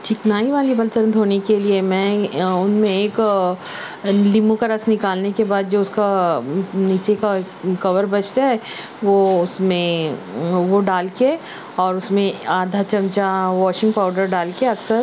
چکنائی والے برتن دھونے کے لئے میں ان میں ایک لیمو کا رس نکالنے کے بعد جو اس کا نیچے کا کور بچتا ہے وہ اس میں وہ ڈال کے اور اس میں آدھا چمچہ واشنگ پاؤڈر ڈال کے اکثر